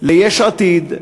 ליש עתיד,